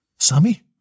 Sammy